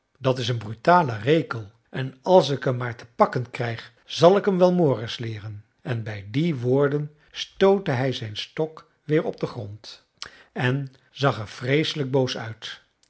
dat is een brutale rekel en als ik hem maar te pakken krijg zal ik hem wel mores leeren en bij die woorden stootte hij zijn stok weer op den grond en zag er vreeselijk boos uit